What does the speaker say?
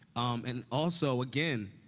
um and also, again,